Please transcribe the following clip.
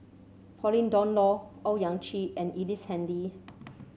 Pauline Dawn Loh Owyang Chi and Ellice Handy